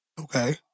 Okay